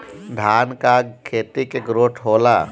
धान का खेती के ग्रोथ होला?